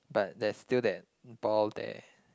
but there's still that ball there